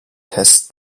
tests